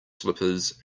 slippers